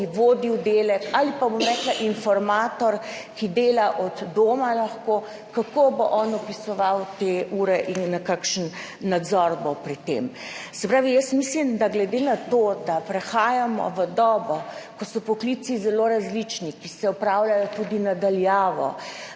ki vodi oddelek ali pa informator, ki lahko dela od doma, kako bo on vpisoval te ure in kakšen nadzor bo pri tem. Jaz mislim, da glede na to, da prehajamo v dobo, ko so poklici zelo različni, opravljajo se tudi na daljavo,